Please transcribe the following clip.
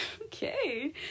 okay